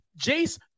Jace